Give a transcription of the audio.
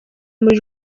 muri